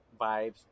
vibes